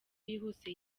yihuse